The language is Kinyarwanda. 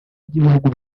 ry’ibihugu